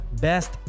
best